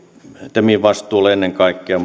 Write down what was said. temin vastuulle ennen kaikkea